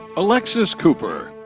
alexis cooper.